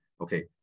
Okay